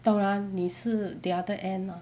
当然你是 the other end lah